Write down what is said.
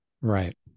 right